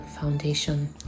Foundation